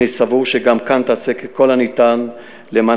אני סבור שגם כאן תעשה ככל הניתן למען